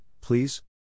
please